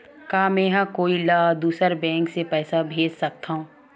का मेंहा कोई ला दूसर बैंक से पैसा भेज सकथव?